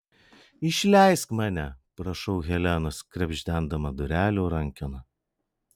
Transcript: išleisk mane prašau helenos krebždendama durelių rankeną